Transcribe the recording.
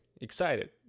excited